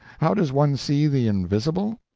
how does one see the invisible?